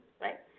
right